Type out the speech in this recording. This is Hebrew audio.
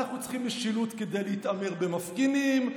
אנחנו צריכים משילות כדי להתעמר במפגינים,